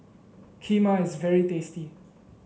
Kheema is very tasty